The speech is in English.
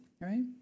right